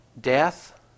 Death